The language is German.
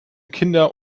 kinder